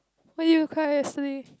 why did you cry yesterday